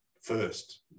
first